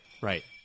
right